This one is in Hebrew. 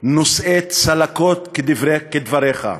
נושאי צלקות, כדבריך.